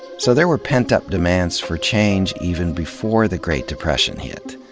so there were pent up demands for change even before the great depression hit.